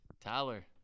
Tyler